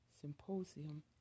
symposium